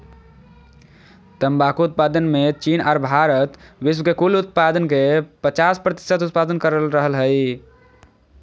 तंबाकू उत्पादन मे चीन आर भारत विश्व के कुल उत्पादन के पचास प्रतिशत उत्पादन कर रहल हई